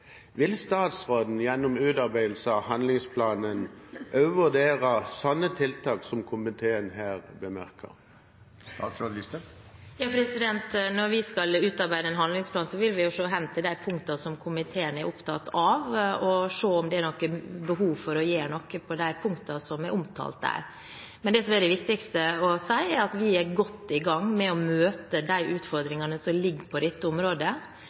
Vil statsråden gjennom utarbeidelse av handlingsplanen også vurdere slike tiltak som komiteen her bemerker? Når vi skal utarbeide en handlingsplan, vil vi se hen til de punktene som komiteen er opptatt av, og se på om det er behov for å gjøre noe på de punktene som er omtalt. Det som er det viktigste å si, er at vi er godt i gang med å møte utfordringene på dette området.